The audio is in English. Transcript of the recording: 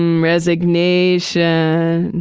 resignation.